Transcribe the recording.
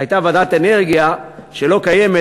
שלא קיימת,